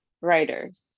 writers